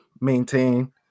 maintain